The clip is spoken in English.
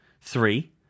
Three